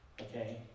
okay